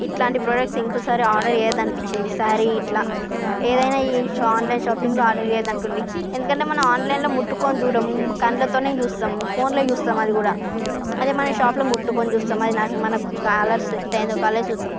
ఇట్లాంటి ప్రొడక్ట్స్ ఇంకోసారి ఆర్డర్ చేయొద్దనిపించింది సారీ ఇట్లా ఏదైనా ఈ షో ఆన్లైన్ షాపింగ్ లో ఆర్డర్ చేయదనుకుండ్రి ఎందుకంటే మనము ఆన్లైన్ లో ముట్టుకోని చూడము కండ్లతోనే చూస్తాం ఫోన్ లో చూస్తాం అది కూడా అదే మన షాప్ లో ముట్టుకొని చూస్తాం అది నాకు మనకు కలర్ సెట్ అయ్యిందో కాలేదో చూస్తాం